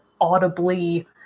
audibly